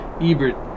Ebert